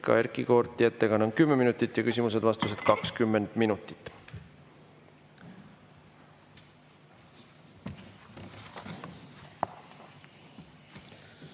Erkki Koorti ettekanne on 10 minutit ja küsimused-vastused kuni 20 minutit.